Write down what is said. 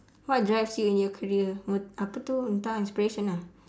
what drives you in your career apa tu entah inspiration ah